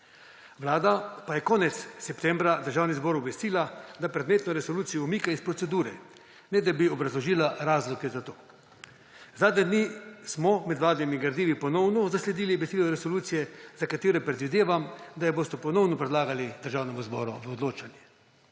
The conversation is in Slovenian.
Vlada pa je konec septembra državni zbor obvestila, da predmetno resolucijo umika iz procedure, ne da bi obrazložila razloge za to. Zadnje dni smo med vladnimi gradivi ponovno zasledili besedilo resolucije, za katero predvidevam, da jo boste ponovno predlagali Državnemu zboru v odločanje.